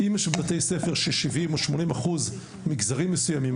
אם יש בתי ספר ש-70 או 80 אחוז ממגזרים מסוימים,